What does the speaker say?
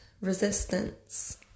resistance